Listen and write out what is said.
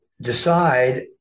decide